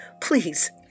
please